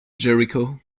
jericho